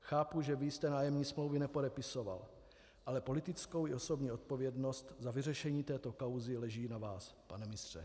Chápu, že vy jste nájemní smlouvy nepodepisoval, ale politická i osobní odpovědnost za vyřešení této kauzy leží na vás, pane ministře.